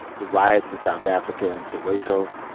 the riots in south africa in soweto,